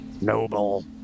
noble